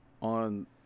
on